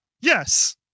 Yes